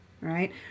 right